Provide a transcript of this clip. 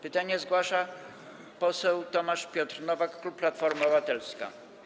Pytania zgłasza poseł Tomasz Piotr Nowak, klub Platforma Obywatelska.